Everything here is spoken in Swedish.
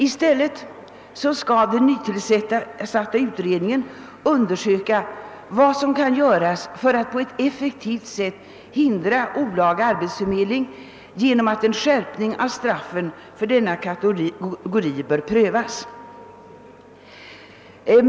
I stället skall den nytillsatta utredningen undersöka vad som kan göras för att på ett effektivt sätt hindra olaga arbetsförmedling genom att en skärpning av straffen för denna kategori prövas.